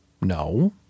No